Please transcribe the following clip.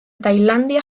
tailandia